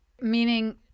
Meaning